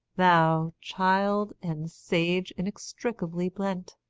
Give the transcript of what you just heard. thou, child and sage inextricably blent,